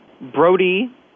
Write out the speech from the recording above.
Brody